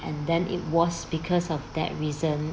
and then it was because of that reason